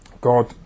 God